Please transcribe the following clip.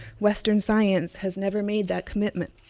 western science has never made that commitment.